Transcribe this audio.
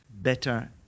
better